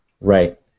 Right